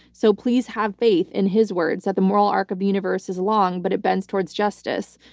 so please have faith in his words that the moral arc of the universe is long, but it bends towards justice.